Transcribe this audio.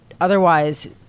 otherwise